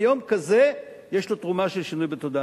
ויום כזה יש לו תרומה של שינוי בתודעה.